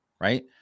right